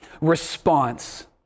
response